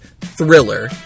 Thriller